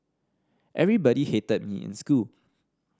everybody hated me in school